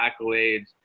accolades